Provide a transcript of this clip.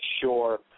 sure